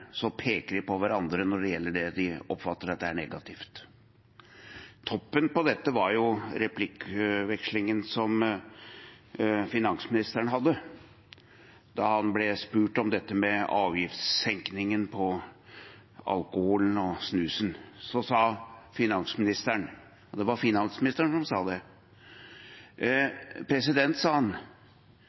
så peker de på hverandre når det gjelder det de oppfatter er negativt. Toppen av dette var replikkvekslingen med finansministeren da han ble spurt om avgiftssenkningen på alkohol og snus – og det var finansministeren som sa det: